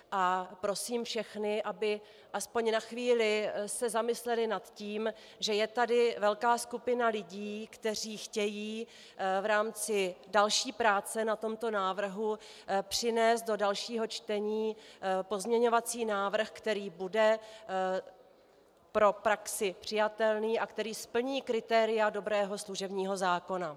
A prosím všechny, aby se aspoň na chvíli zamysleli nad tím, že je tady velká skupina lidí, kteří chtějí v rámci další práce na tomto návrhu přinést do dalšího čtení pozměňovací návrh, který bude pro praxi přijatelný a který splní kritéria dobrého služebního zákona.